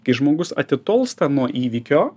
kai žmogus atitolsta nuo įvykio